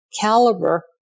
caliber